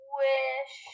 wish